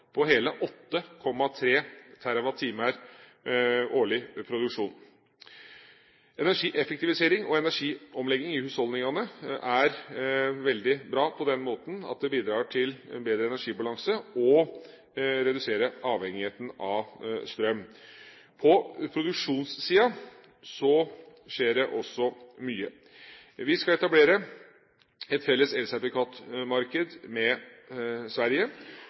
på hele 8,3 TWh årlig produksjon. Energieffektivisering og energiomlegging i husholdningene er veldig bra, på den måten at det bidrar til bedre energibalanse og reduserer avhengigheten av strøm. På produksjonssiden skjer det også mye. Vi skal etablere et felles elsertifikatmarked med Sverige.